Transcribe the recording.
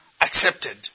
accepted